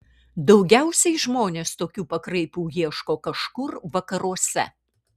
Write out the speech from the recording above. daugiausiai žmonės tokių pakraipų ieško kažkur vakaruose